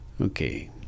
Okay